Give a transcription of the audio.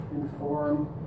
inform